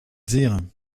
dires